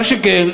מה שכן,